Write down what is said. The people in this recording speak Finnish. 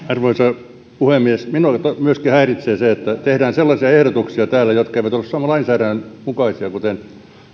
arvoisa puhemies myöskin minua häiritsee se että tehdään sellaisia ehdotuksia täällä jotka eivät ole suomen lainsäädännön mukaisia kuten